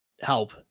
help